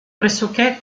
pressoché